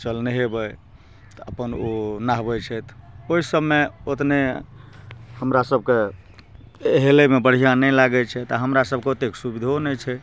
चल नहेबै तऽ अपन ओ नहबै छथि ओहि सबमे ओतने हमरा सबके हेलयमे बढ़िआँ नहि लागैत छै तऽ हमरा सबके ओतेक सुबिधो नहि छै